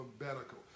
alphabetical